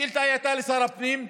השאילתה הייתה לשר הפנים.